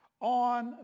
on